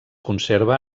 conserva